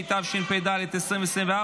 התשפ"ד 2024,